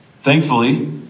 Thankfully